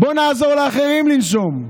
בואו נעזור לאחרים לנשום.